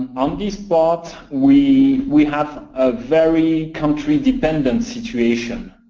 on this part, we we have a very country-dependent situation.